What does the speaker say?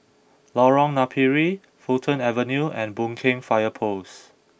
Lorong Napiri Fulton Avenue and Boon Keng Fire Post